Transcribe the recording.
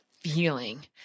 feeling